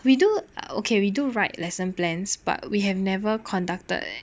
we do okay we do write lesson plans but we have never conducted